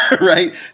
Right